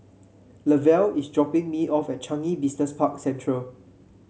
Lavelle is dropping me off at Changi Business Park Central